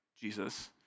Jesus